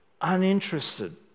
uninterested